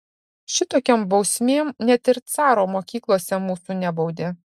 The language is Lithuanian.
šitokiom bausmėm net ir caro mokyklose mūsų nebaudė